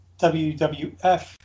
WWF